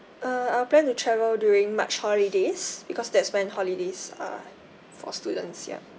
uh I plan to travel during march holidays because that's when holidays uh for students yup